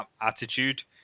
attitude